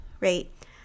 right